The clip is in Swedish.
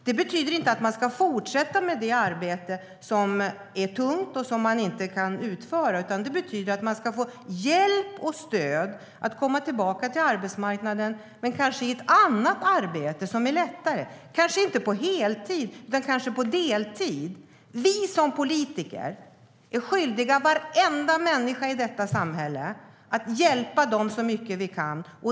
Det betyder inte att man ska fortsätta med det arbete som är tungt och som man inte kan utföra, utan det betyder att man ska få hjälp och stöd att komma tillbaka till arbetsmarknaden men kanske i ett annat arbete som är lättare, kanske inte på heltid utan på deltid. Vi som politiker är skyldiga varenda människa i detta samhälle att hjälpa dem så mycket vi kan.